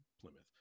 Plymouth